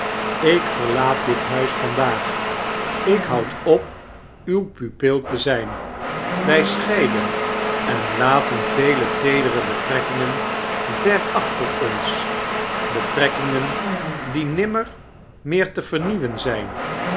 ik verlaat dit huis vandaag ik houd op uw pupil te zijn wij scheiden en laten vele teedere beifarekkingen ver achter ons betrekkingen die nimmer meer te vernieuwan zijn